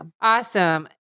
Awesome